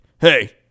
hey